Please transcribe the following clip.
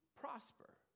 prosper